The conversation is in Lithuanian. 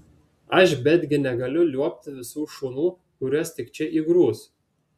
aš betgi negaliu liuobti visų šunų kuriuos tik čia įgrūs